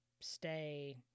stay